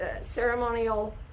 ceremonial